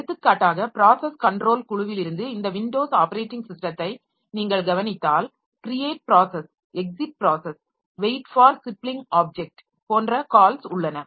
எடுத்துக்காட்டாக process control குழுவிலிருந்து இந்த விண்டோஸ் ஆப்பரேட்டிங் ஸிஸ்டத்தை நீங்கள் கவனித்தால் create process exit process wait for sibling object போன்ற கால்ஸ் உள்ளன